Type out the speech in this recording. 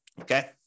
okay